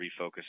refocus